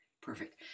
Perfect